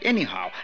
Anyhow